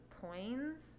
coins